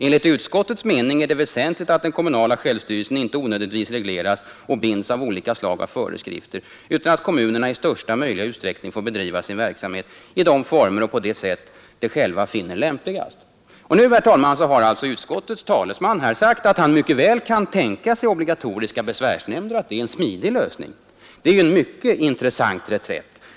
Enligt utskottets mening är det väsentligt att den kommunala självstyrelsen inte onödigtvis regleras och binds av olika slag av föreskrifter utan att kommunerna i största möjliga utsträckning får bedriva sin verksamhet i de former och på det sätt de själva finner lämpligast.” Här har alltså utskottets talesman sagt att han mycket väl kan tänka sig obligatoriska besvärsnämnder och att det kan vara en smidig lösning. Det är ju en mycket intressant reträtt.